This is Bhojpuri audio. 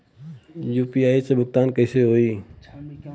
यू.पी.आई से भुगतान कइसे होहीं?